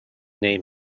name